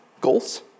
goals